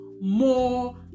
more